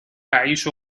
أعيش